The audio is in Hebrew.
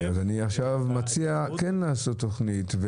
ואני עכשיו מציע כן לעשות תוכנית.